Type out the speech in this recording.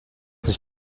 das